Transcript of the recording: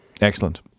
Excellent